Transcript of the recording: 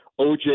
OJ